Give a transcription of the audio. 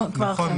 נכון,